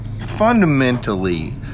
fundamentally